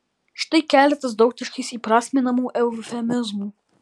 štai keletas daugtaškiais įprasminamų eufemizmų